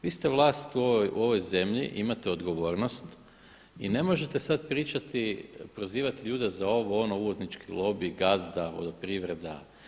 Vi ste vlast u ovoj zemlji, imate odgovornost i ne možete sad pričati, prozivati ljude za ovo, ono, uvoznički lobij, gazda, Vodoprivreda.